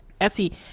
Etsy